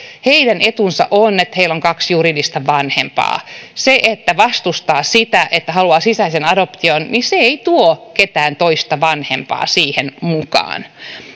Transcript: heidän etunsa on että heillä on kaksi juridista vanhempaa se että vastustaa sitä että haluaa sisäisen adoption ei tuo ketään toista vanhempaa siihen mukaan